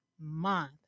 Month